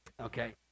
okay